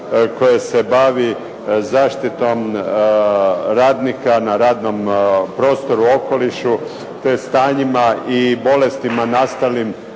koje se bavi zaštitom radnika na radnom prostoru, okolišu te stanjima i bolestima nastalih